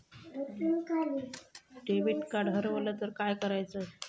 Debit card हरवल तर काय करायच?